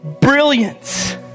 brilliance